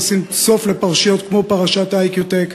תשים סוף לפרשיות כמו פרשת "איקיוטק".